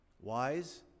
wise